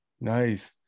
nice